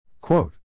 Quote